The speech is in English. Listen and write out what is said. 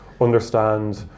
understand